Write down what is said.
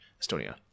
Estonia